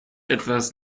etwas